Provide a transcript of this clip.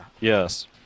Yes